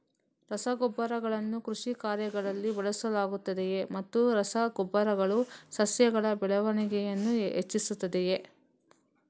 ರಸಗೊಬ್ಬರಗಳನ್ನು ಕೃಷಿ ಕಾರ್ಯಗಳಿಗೆ ಬಳಸಲಾಗುತ್ತದೆಯೇ ಮತ್ತು ರಸ ಗೊಬ್ಬರಗಳು ಸಸ್ಯಗಳ ಬೆಳವಣಿಗೆಯನ್ನು ಹೆಚ್ಚಿಸುತ್ತದೆಯೇ?